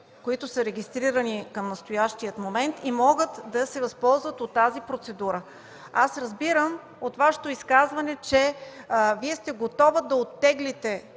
които са регистрирани към настоящия момент, могат да се възползват от тази процедура. От Вашето изказване разбирам, че Вие сте готова да оттеглите